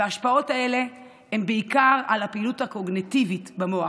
וההשפעות האלה הן בעיקר על הפעילות הקוגניטיבית במוח.